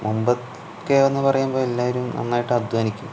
മുമ്പൊക്കേയെന്ന് പറയുമ്പോൾ എല്ലാവരും നന്നായിട്ട് അദ്ധ്വാനിക്കും